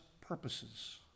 purposes